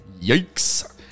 Yikes